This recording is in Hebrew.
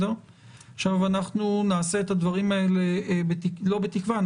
אנחנו נעשה את הדברים האלה בתקווה לא בתקווה,